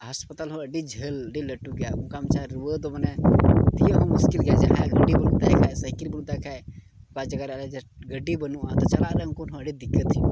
ᱦᱟᱥᱯᱟᱛᱟᱞ ᱦᱚᱸ ᱟᱹᱰᱤ ᱡᱷᱟᱹᱞ ᱟᱹᱰᱤ ᱞᱟᱹᱴᱩ ᱜᱮᱭᱟ ᱚᱱᱠᱟ ᱢᱟᱪᱷᱟ ᱨᱩᱣᱟᱹ ᱫᱚ ᱢᱟᱱᱮ ᱛᱤᱭᱳᱜ ᱦᱚᱸ ᱢᱩᱥᱠᱤᱞ ᱜᱮᱭᱟ ᱡᱟᱦᱟᱸᱭᱟᱜ ᱜᱷᱩᱲᱤ ᱵᱟᱹᱱᱩᱜ ᱛᱟᱭ ᱠᱷᱟᱡ ᱥᱟᱭᱠᱮᱹᱞ ᱵᱟᱹᱱᱩᱜ ᱛᱟᱭ ᱠᱷᱟᱡ ᱵᱟᱨ ᱪᱟᱠᱟ ᱨᱮᱭᱟᱜ ᱜᱟᱹᱰᱤ ᱵᱟᱹᱱᱩᱜᱼᱟ ᱛᱚ ᱪᱟᱞᱟᱜ ᱨᱮ ᱩᱱᱠᱩ ᱴᱷᱮᱱ ᱟᱹᱰᱤ ᱫᱤᱠᱠᱟᱹᱛ ᱦᱩᱭᱩᱜᱼᱟ